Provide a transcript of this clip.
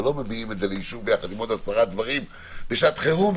לא מביאים את זה לאישור ביחד עם עוד עשרה דברים בשעת חירום,